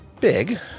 big